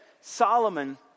Solomon